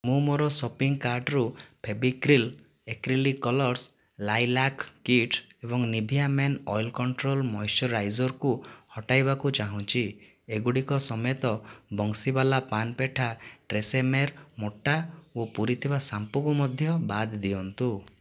ମୁଁ ମୋ'ର ସପିଂକାର୍ଟ୍ରୁ Fevicryl acrylic colours lilac kit ଏବଂ ନିଭିଆ ମେନ ଅଏଲ୍ କଣ୍ଟ୍ରୋଲ୍ ମଏଶ୍ଚରାଇଜର୍କୁ ହଟାଇବାକୁ ଚାହୁଁଛି ଏଗୁଡ଼ିକ ସମେତ ବଂଶୀୱାଲା ପାନ୍ ପେଠା ଟ୍ରେସେମେର ମୋଟା ଓ ପୂରିଥିବା ଶ୍ୟାମ୍ପୂକୁ ମଧ୍ୟ ବାଦ୍ ଦିଅନ୍ତୁ